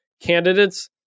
candidates